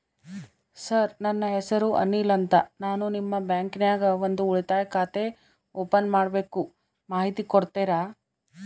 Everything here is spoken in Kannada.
ಸರ್ ನನ್ನ ಹೆಸರು ಅನಿಲ್ ಅಂತ ನಾನು ನಿಮ್ಮ ಬ್ಯಾಂಕಿನ್ಯಾಗ ಒಂದು ಉಳಿತಾಯ ಖಾತೆ ಓಪನ್ ಮಾಡಬೇಕು ಮಾಹಿತಿ ಕೊಡ್ತೇರಾ?